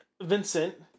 Vincent